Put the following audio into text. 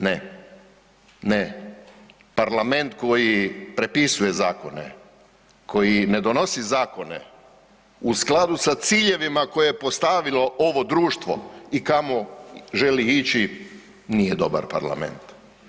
Ne, ne, parlament koji prepisuje zakone, koji ne donosi zakone u skladu sa ciljevima koje je postavilo ovo društvo i kamo želi ići, nije dobar Parlament.